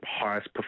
highest